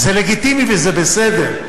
וזה לגיטימי וזה בסדר.